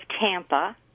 Tampa